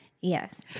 Yes